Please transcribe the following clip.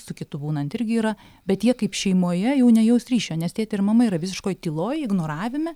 su kitu būnant irgi yra bet jie kaip šeimoje jau nejaus ryšio nes tėtė ir mama yra visiškoj tyloj ignoravime